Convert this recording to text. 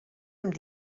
amb